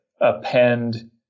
append